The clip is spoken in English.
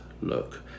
look